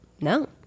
No